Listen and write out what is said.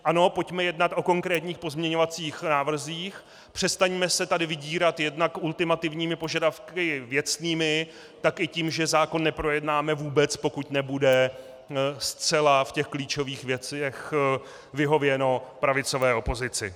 Ano, pojďme jednat o konkrétních pozměňovacích návrzích, přestaňme se tady vydírat jednak ultimativními požadavky věcnými, tak i tím, že zákon neprojednáme vůbec, pokud nebude zcela v těch klíčových věcech vyhověno pravicové opozici.